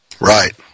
Right